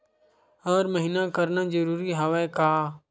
हर महीना करना जरूरी हवय का?